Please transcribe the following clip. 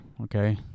Okay